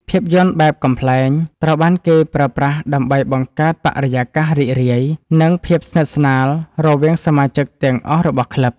ភាពយន្តបែបកំប្លែង ត្រូវបានគេប្រើប្រាស់ដើម្បីបង្កើតបរិយាកាសរីករាយ និងភាពស្និទ្ធស្នាលរវាងសមាជិកទាំងអស់ក្នុងក្លឹប។